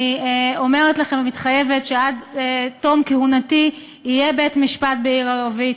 אני אומרת לכם ומתחייבת שעד תום כהונתי יהיה בית-משפט בעיר ערבית.